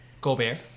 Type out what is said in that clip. Gobert